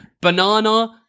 Banana